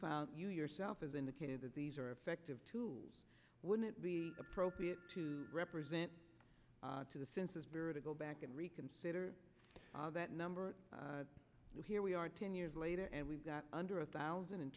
filed you yourself as indicated that these are effective tools would it be appropriate to represent to the census bureau to go back and reconsider that number here we are ten years later and we've got under a thousand in